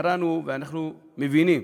קראנו ואנחנו מבינים